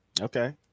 Okay